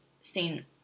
seen